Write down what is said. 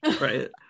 Right